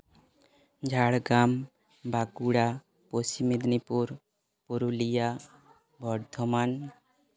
Jhargram Bankura Paschim Medinipur Purulia Bardhaman